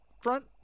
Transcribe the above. front